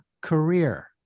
career